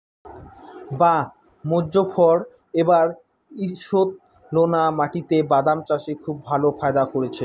বাঃ মোজফ্ফর এবার ঈষৎলোনা মাটিতে বাদাম চাষে খুব ভালো ফায়দা করেছে